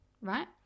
right